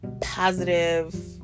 positive